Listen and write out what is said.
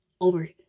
over